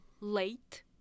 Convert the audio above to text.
late